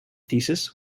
thesis